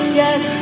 yes